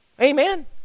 Amen